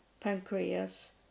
pancreas